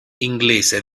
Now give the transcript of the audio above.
inglese